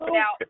now